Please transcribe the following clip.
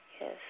Yes